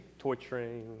torturing